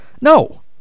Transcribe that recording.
No